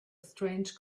strange